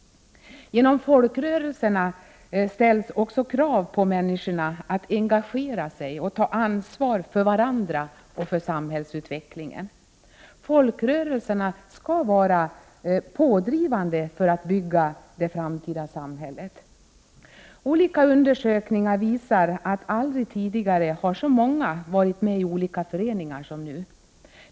Genom folkrörelserna ställs också krav på människorna att engagera sig för att ta ansvar för varandra och för samhällsutvecklingen. Folkrörelserna skall alltså vara pådrivande när det gäller att bygga det framtida samhället. Olika undersökningar visar att aldrig tidigare har så många varit med i olika föreningar som nu.